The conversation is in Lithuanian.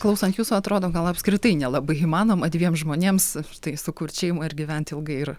klausant jūsų atrodo gal apskritai nelabai įmanoma dviem žmonėms tai sukurt šeimą ir gyvent ilgai ir